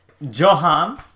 Johan